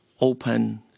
open